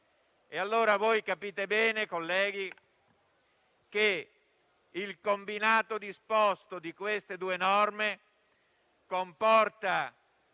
Allora voi capite bene, colleghi, che il combinato disposto di queste due norme comporta